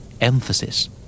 Emphasis